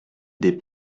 des